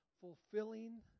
fulfilling